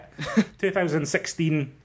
2016